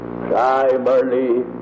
primarily